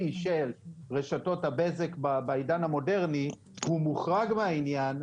של רשתות הבזק בעידן המודרני מוחרג מהעניין,